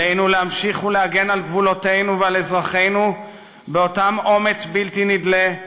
עלינו להמשיך ולהגן על גבולותינו ועל אזרחינו באותו אומץ בלתי נדלה,